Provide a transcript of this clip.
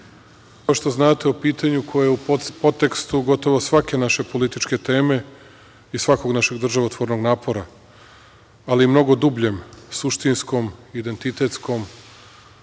kao što znate, o pitanju koje je u podtekstu gotovo svake naše političke teme i svakog našeg državotvornog napora, ali i mnogo dubljem, suštinskom, identitetskom,